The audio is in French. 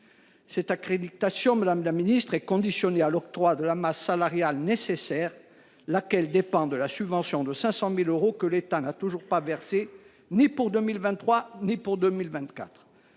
Cette accréditation est conditionnée à l’octroi de la masse salariale nécessaire, laquelle dépend de la subvention de 500 000 euros que l’État n’a toujours pas versée, ni pour 2023 ni pour 2024.